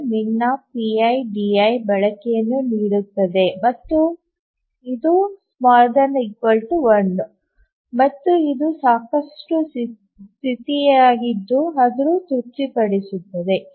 ಬಳಕೆಯನ್ನು ನೀಡುತ್ತದೆ ಮತ್ತು ≤ 1 ಮತ್ತು ಇದು ಸಾಕಷ್ಟು ಸ್ಥಿತಿಯಾಗಿದ್ದು ಅದು ತೃಪ್ತಿಪಡಿಸುತ್ತದೆ